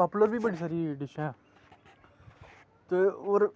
popular बी बड़ी सारी डिश्शां ऐं ते होर